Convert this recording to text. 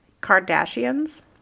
Kardashians